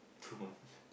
too much